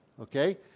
Okay